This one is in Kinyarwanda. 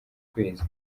kwezi